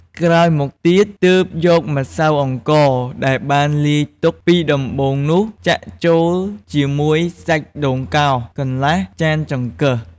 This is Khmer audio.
ក្រោយមកទៀត ទើបយកម្សៅអង្ករ ដែលបានលាយទុកពីដំបូងនោះ ចាក់ចូលជាមួយ សាច់ដូងកោស កន្លះចានចង្កឹះ។